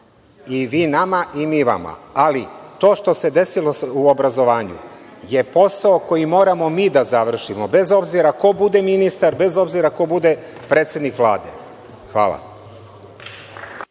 I vi nama i mi vama, ali to što se desilo u obrazovanju je posao koji moramo mi da završimo bez obzira ko bude ministar, bez obzira ko bude predsednik Vlade. Hvala.